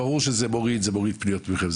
ברור שזה מוריד פניות מכם,